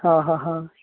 हां हां हां